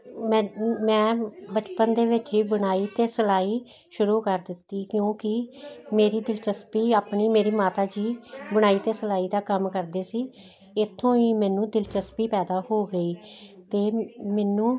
ਮੈਂ ਮੈਂ ਬਚਪਨ ਦੇ ਵਿੱਚ ਹੀ ਬੁਣਾਈ ਅਤੇ ਸਿਲਾਈ ਸ਼ੁਰੂ ਕਰ ਦਿੱਤੀ ਕਿਉਂਕਿ ਮੇਰੀ ਦਿਲਚਸਪੀ ਆਪਣੀ ਮੇਰੀ ਮਾਤਾ ਜੀ ਬੁਣਾਈ ਅਤੇ ਸਿਲਾਈ ਦਾ ਕੰਮ ਕਰਦੇ ਸੀ ਇਥੋਂ ਹੀ ਮੈਨੂੰ ਦਿਲਚਸਪੀ ਪੈਦਾ ਹੋ ਗਈ ਅਤੇ ਮੈਨੂੰ